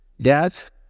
dads